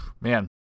Man